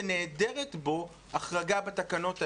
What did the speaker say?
שנעדרת בו החרגה בתקנות האלה.